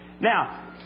Now